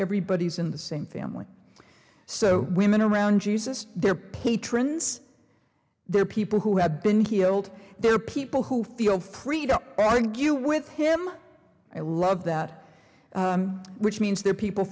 everybody's in the same family so women around jesus their patrons there are people who have been healed there are people who feel free to argue with him i love that which means there are people